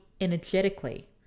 energetically